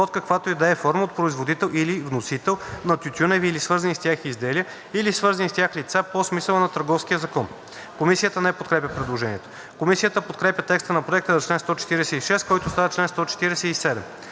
под каквато и да е форма от производител или от вносител на тютюневи или свързани с тях изделия или свързани с тях лица по смисъла на Търговския закон.“ Комисията не подкрепя предложението. Комисията подкрепя текста на Проекта за чл. 146, който става чл. 147.